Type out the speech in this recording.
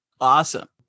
awesome